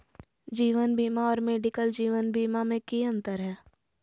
जीवन बीमा और मेडिकल जीवन बीमा में की अंतर है?